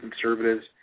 conservatives